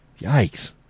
Yikes